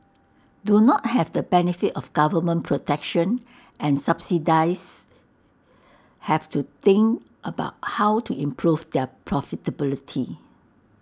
do not have the benefit of government protection and subsidies have to think about how to improve their profitability